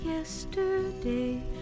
Yesterday